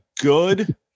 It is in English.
good